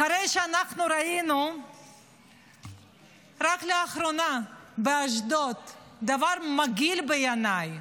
אחרי שאנחנו ראינו רק לאחרונה באשדוד דבר מגעיל בעיניי,